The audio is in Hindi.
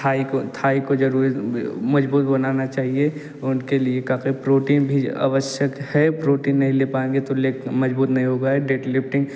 थाई को थाई को ज़रूर मज़बूत बनाना चाहिए उनके लिए काफ़ी प्रोटीन भी आवश्यक है प्रोटीन नहीं ले पाएँगे तो लेग मज़बूत नहीं होगा डेडलिफ्टिंग